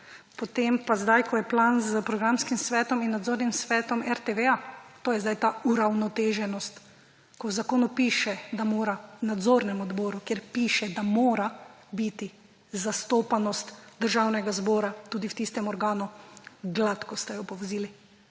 potem pa zdaj, ko je plan s programskim svetom in nadzornim svetom RTV-ja? To je zdaj ta uravnoteženost, ko v zakonu piše, da mora v nadzornemu odboru, kjer piše, da mora biti zastopanost Državnega zbora tudi v tistem organu. Gladko ste jo povozili.